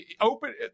open